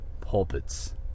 pulpits